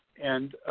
and